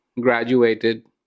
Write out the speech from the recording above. graduated